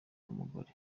n’umugore